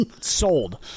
Sold